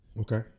Okay